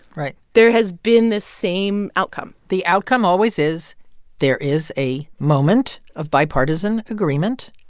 right there has been this same outcome the outcome always is there is a moment of bipartisan agreement,